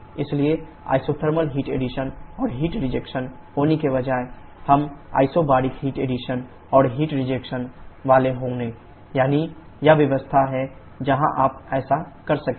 लेकिन isothermal heat addition और heat rejection होने के बजाय हम आइसोबारिक हीट एडिशन और हीट रिजेक्शन वाले होंगे यानी यह व्यवस्था है जहां आप ऐसा करते हैं